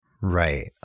Right